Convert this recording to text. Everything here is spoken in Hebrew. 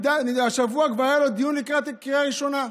השבוע כבר היה לו דיון לקראת הקריאה הראשונה.